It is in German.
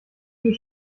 viel